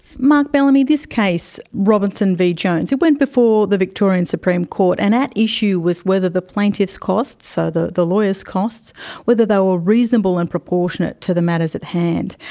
mark bellamy this case, robinson v jones, it went before the victorian supreme court and at issue was whether the plaintiffs' costs so the the lawyers' costs whether they were reasonable and proportionate to the matters at hand.